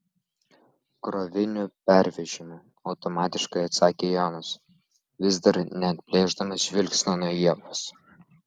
krovinių pervežimu automatiškai atsakė jonas vis dar neatplėšdamas žvilgsnio nuo ievos